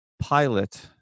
pilot